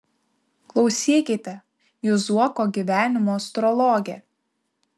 klausykite jūs zuoko gyvenimo astrologe